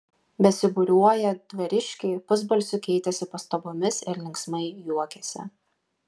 besibūriuoją dvariškiai pusbalsiu keitėsi pastabomis ir linksmai juokėsi